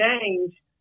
change